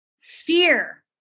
fear